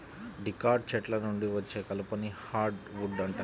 dicot చెట్ల నుండి వచ్చే కలపని హార్డ్ వుడ్ అంటారు